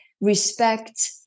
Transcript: respect